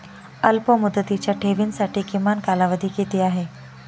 अल्पमुदतीच्या ठेवींसाठी किमान कालावधी किती आहे?